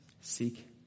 seek